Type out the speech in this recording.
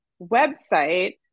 website